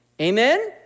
Amen